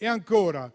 Ancora,